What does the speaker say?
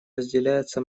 разделяется